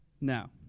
Now